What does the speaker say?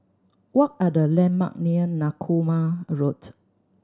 what are the landmark near Narooma Road